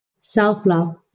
Self-love